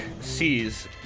sees